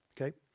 Okay